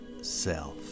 self